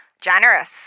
generous